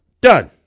Done